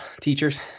teachers